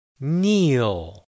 kneel